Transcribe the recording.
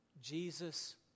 Jesus